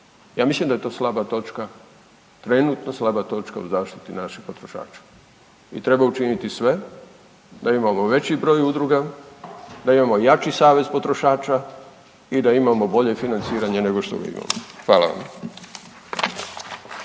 Ja mislim da je to slaba točka, trenutno slaba točka u zaštiti naših potrošača i treba učiniti sve da imamo veći broj udruga, da imamo jači savez potrošača i da imamo bolje financiranje nego što imamo. Hvala.